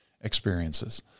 experiences